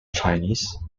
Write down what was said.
chinese